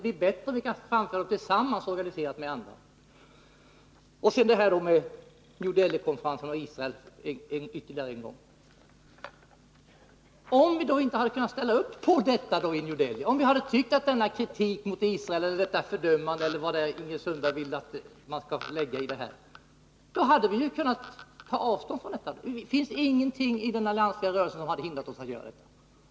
Men det är bättre om vi framför dem i ett organiserat samarbete med andra. Jag vill ytterligare en gång ta upp New Delhi-konferensen och Israel. Om Sverige inte hade kunnat ställa upp på deklarationen i New Delhi, om vi hade tyckt att kritiken — eller fördömandet eller vad det nu är Ingrid Sundberg vill att man skall lägga in i deklarationen — var felaktig, då hade vi kunnat ta avstånd från denna deklaration. Det finns ingenting i den alliansfria rörelsen som hade hindrat oss från att göra det.